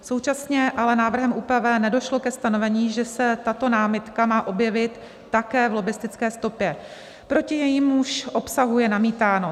Současně ale návrhem ÚPV nedošlo ke stanovení, že se tato námitka má objevit také v lobbistické stopě, proti jejímuž obsahu je namítáno.